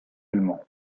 allemand